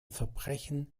verbrechen